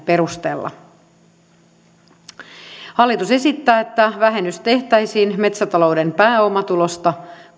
perusteella hallitus esittää että vähennys tehtäisiin metsätalouden pääomatulosta